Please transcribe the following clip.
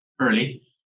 early